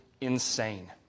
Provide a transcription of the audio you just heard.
insane